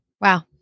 Wow